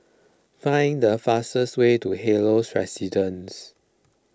find the fastest way to Helios Residences